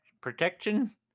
protection